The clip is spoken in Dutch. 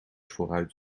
vooruit